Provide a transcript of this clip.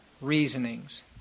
reasonings